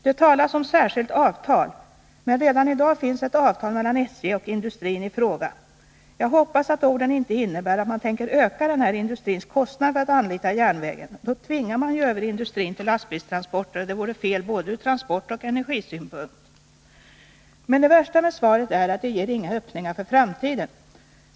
Det talas i svaret om ”särskilt avtal”. Men redan i dag finns ett avtal mellan SJ och industrin i fråga. Jag hoppas att orden inte innebär att man tänker öka den här industrins kostnader för att anlita järnvägen. Då tvingar man ju över industrin till lastbilstransporter, och det vore fel ur både transportoch energisynpunkt. Men det värsta med svaret är att det inte ger några öppningar för framtiden.